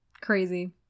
crazy